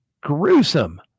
gruesome